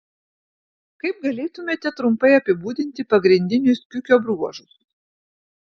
kaip galėtumėte trumpai apibūdinti pagrindinius kiukio bruožus